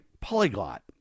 Polyglot